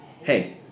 hey